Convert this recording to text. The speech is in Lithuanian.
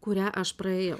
kurią aš praėjau